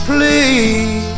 Please